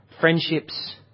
friendships